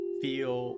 feel